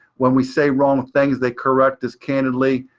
when we say wrong things, they correct us candidly,